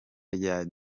rya